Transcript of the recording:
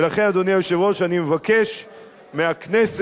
ולכן, אדוני היושב-ראש, אני מבקש מהכנסת,